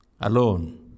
alone